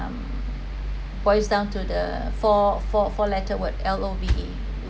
voice down to the four four four letter word L O V E